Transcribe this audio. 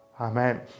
Amen